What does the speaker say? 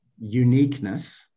uniqueness